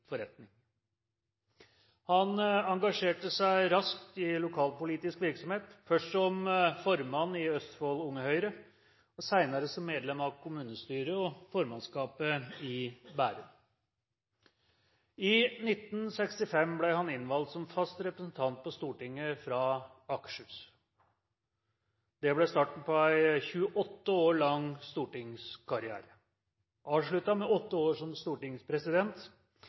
Han engasjerte seg raskt i lokalpolitisk virksomhet – først som formann i Østfold Unge Høyre og senere som medlem av kommunestyret og formannskapet i Bærum. I 1965 ble han innvalgt som fast representant på Stortinget fra Akershus. Dette ble starten på en 28 år lang stortingskarriere, avsluttet med åtte år som stortingspresident